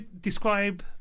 describe